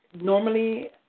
Normally